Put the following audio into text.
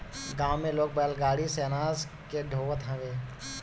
गांव में लोग बैलगाड़ी से अनाज के ढोअत हवे